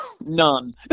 None